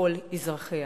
ובכל אזרחיה.